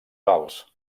alts